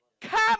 Come